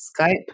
Skype